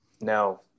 No